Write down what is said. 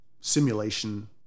simulation